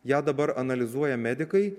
ją dabar analizuoja medikai